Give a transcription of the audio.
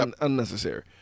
unnecessary